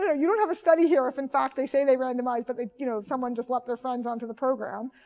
yeah you don't have a study here if, in fact, they say they randomized but you know someone just let their friends onto the program.